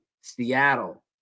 Seattle